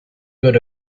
good